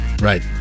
Right